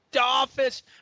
office